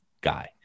guy